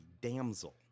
damsel